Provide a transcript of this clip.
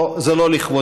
או: זה לא לכבודי.